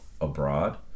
abroad